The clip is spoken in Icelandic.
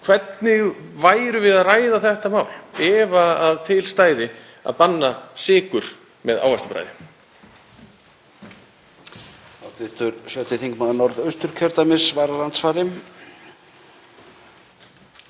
Hvernig værum við að ræða þetta mál ef til stæði að banna sykur með ávaxtabragði?